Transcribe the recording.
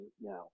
now